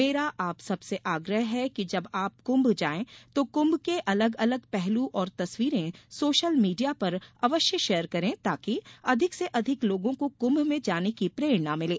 मेरा आप सब से आग्रह है कि जब आप कुंभ जाएं तो कुंभ के अलग अलग पहलू और तस्वीरें सोशल मीडिया पर अवश्य शेयर करें ताकि अधिक से अधिक लोगों को कुंभ में जाने की प्रेरणा मिले